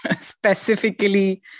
specifically